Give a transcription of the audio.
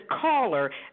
caller